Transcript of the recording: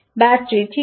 battery ঠিক আছে